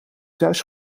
thuis